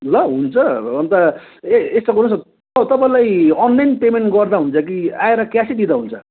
ल हुन्छ अन्त ए यस्तो गर्नुहोस् न त तपाईँलाई अनलाइन पेमेन्ट गर्दा हुन्छ कि आएर क्यासै दिँदा हुन्छ